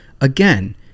again